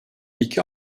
i̇ki